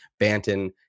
Banton